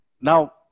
Now